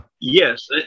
Yes